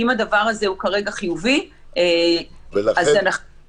אם הדבר הזה הוא כרגע חיובי אנחנו אומרים,